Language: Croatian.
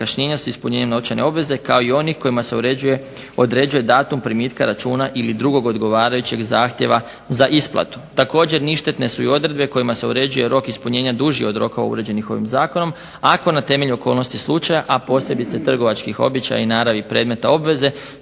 zakašnjenja s ispunjenjem novčane obveze kao i onih kojima se određuje datum primitka računa ili drugog odgovarajućeg zahtjeva za isplatu. Također, ništetne su i odredbe kojima se uređuje rok ispunjenja duži od roka uređenih ovim zakonom, ako na temelju okolnosti slučaja, a posebice trgovačkih običaja i naravi predmeta obveze